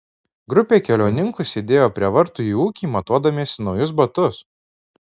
grupė keliauninkų sėdėjo prie vartų į ūkį matuodamiesi naujus batus